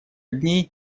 дней